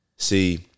See